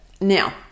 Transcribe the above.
now